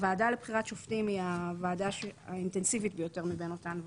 הוועדה לבחירת שופטים היא הוועדה האינטנסיבית ביותר מבין אותן ועדות,